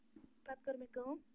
پتہٕ کٔر مےٚ کٲم